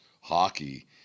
hockey